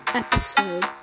episode